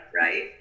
right